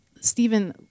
Stephen